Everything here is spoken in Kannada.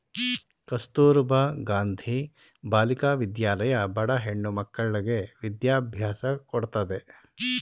ಕಸ್ತೂರಬಾ ಗಾಂಧಿ ಬಾಲಿಕಾ ವಿದ್ಯಾಲಯ ಬಡ ಹೆಣ್ಣ ಮಕ್ಕಳ್ಳಗೆ ವಿದ್ಯಾಭ್ಯಾಸ ಕೊಡತ್ತದೆ